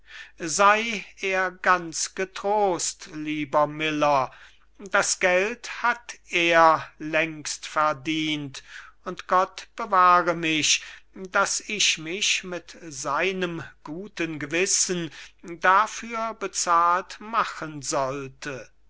sei er ganz getrost lieber miller das geld hat er längst verdient und gott bewahre mich daß ich mich mit seinem guten gewissen dafür bezahlt machen sollte